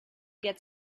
get